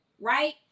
right